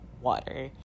water